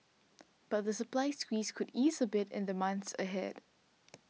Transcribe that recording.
but the supply squeeze could ease a bit in the months ahead